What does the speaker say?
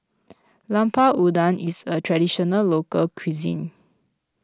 Lemper Udang is a Traditional Local Cuisine